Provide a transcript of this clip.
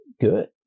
good